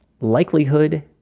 likelihood